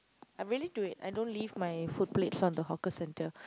I'm really do it I don't leave my food plates on the hawker-centre